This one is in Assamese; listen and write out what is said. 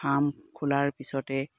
ফাৰ্ম খোলাৰ পিছতে